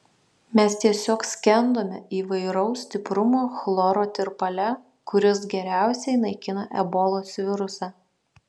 mes tiesiog skendome įvairaus stiprumo chloro tirpale kuris geriausiai naikina ebolos virusą